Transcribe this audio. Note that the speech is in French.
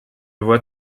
voit